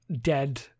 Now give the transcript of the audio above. dead